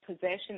possession